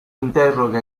interroga